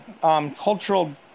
cultural